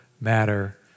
matter